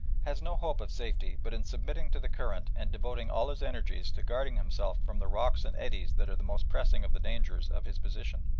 has no hope of safety but in submitting to the current and devoting all his energies to guarding himself from the rocks and eddies that are the most pressing of the dangers of his position.